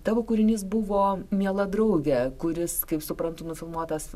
tavo kūrinys buvo miela draugė kuris kaip suprantu nufilmuotas